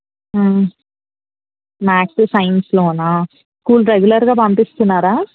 maths సైన్స్లోనా school రెగులర్గా పంపిస్తున్నారా